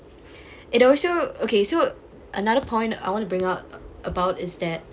it also okay so another point I want to bring up about is that